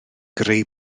greu